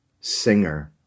singer